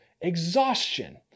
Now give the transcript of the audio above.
exhaustion